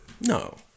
No